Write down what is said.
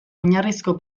oinarrizko